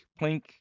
plink